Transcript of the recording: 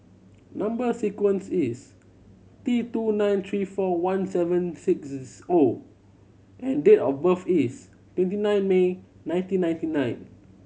number sequence is T two nine three four one seven six O and date of birth is twenty nine May nineteen ninety nine